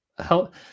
Help